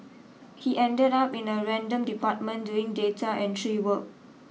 he ended up in a random department doing data entry work